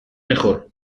mejor